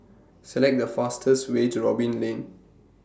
Select The fastest Way to Robin Lane